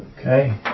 Okay